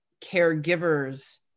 caregivers